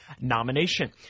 nomination